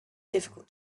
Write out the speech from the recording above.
difficult